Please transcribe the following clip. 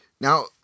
Now